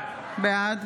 בעד